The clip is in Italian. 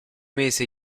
mese